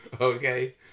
Okay